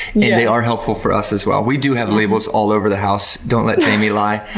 they they are helpful for us as well. we do have the labels all over the house, don't let jamie lie.